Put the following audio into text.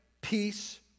peace